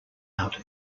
out